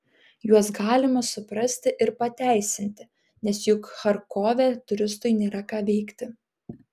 juos galima suprasti ir pateisinti nes juk charkove turistui nėra ką veikti